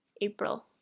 april